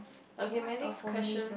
okay my next question